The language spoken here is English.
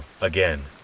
again